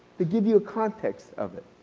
to give you a context of it.